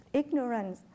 ignorance